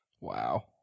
Wow